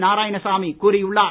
நாராயணசாமி கூறியுள்ளார்